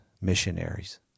missionaries